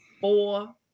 four